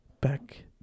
back